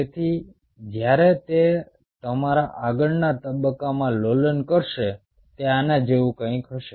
તેથી જ્યારે તે તમારા આગળના તબક્કામાં લોલન કરશે તે આના જેવું કંઈક હશે